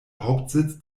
hauptsitz